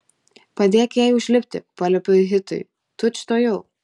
padėk jai užlipti paliepiau hitui tučtuojau